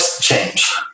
change